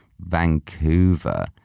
Vancouver